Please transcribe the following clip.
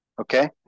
Okay